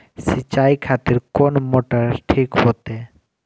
सीचाई खातिर कोन मोटर ठीक होते?